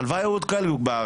הלוואי היו עוד כאלו בארץ.